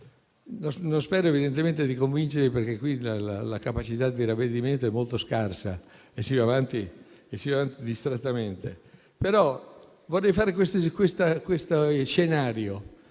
di convincervi, perché qui la capacità di ravvedimento è molto scarsa e si va avanti distrattamente, ma vorrei delineare questo scenario: